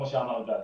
כמו שאמר גל.